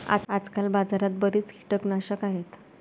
आजकाल बाजारात बरीच कीटकनाशके आहेत